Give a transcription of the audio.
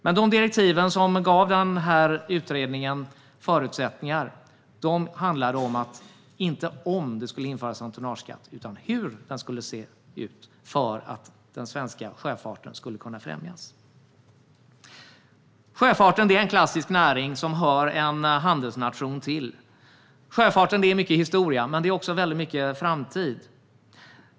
Men de direktiv som gav den här utredningen förutsättningar handlade inte om om en tonnageskatt skulle införas utan om hur den skulle se ut för att den svenska sjöfarten skulle kunna främjas. Sjöfarten är en klassisk näring som hör en handelsnation till. Sjöfarten är mycket historia men också mycket framtid.